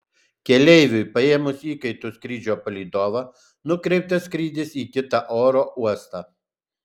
keleiviui paėmus įkaitu skrydžio palydovą nukreiptas skrydis į kitą oro uostą